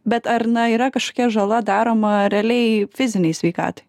bet ar na yra kažkokia žala daroma realiai fizinei sveikatai